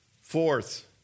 Fourth